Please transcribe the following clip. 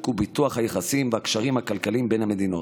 ופיתוח היחסים והקשרים הכלכליים בין המדינות.